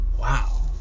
wow